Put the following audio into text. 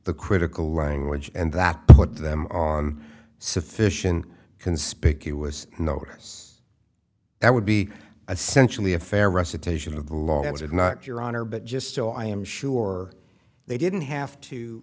the critical language and that put them on sufficient conspicuous notice that would be essentially a fair recitation of the law is it not your honor but just so i am sure they didn't have to